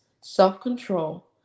self-control